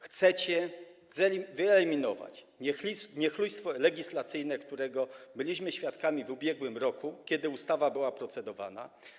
Chcecie wyeliminować niechlujstwo legislacyjne, którego byliśmy świadkami w ubiegłym roku, kiedy ustawa była procedowana.